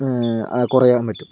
കുറയാൻ പറ്റും